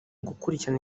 gukurikirana